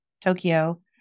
Tokyo